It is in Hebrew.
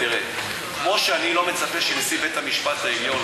כמו שאני לא מצפה שנשיא בית-המשפט העליון,